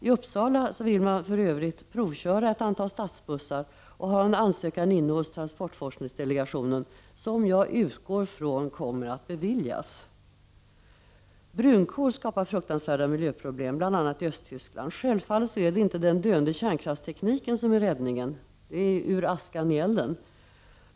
I Uppsala vill man för övrigt provköra ett antal vätgasdrivna stadsbussar och har en ansökan inne hos transportforskningsdelegationen, som jag utgår från kommer att beviljas. Brunkol skapar fruktansvärda miljöproblem, bl.a. i Östtyskland. Självfallet är det inte den döende kärnkraftstekniken som är räddningen — det är att gå ur askan i elden.